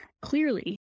clearly